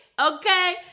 Okay